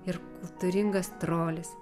ir kultūringas trolis